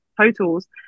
totals